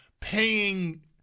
paying –